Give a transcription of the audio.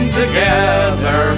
together